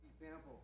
Example